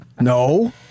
No